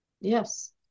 yes